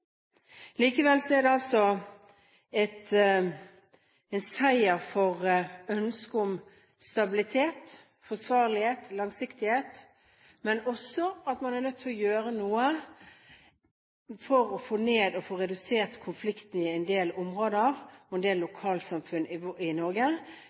Likevel er det en seier for ønsket om stabilitet, forsvarlighet og langsiktighet, men man er også nødt til å gjøre noe for å få redusert konfliktnivået i en del områder og i en del